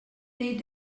they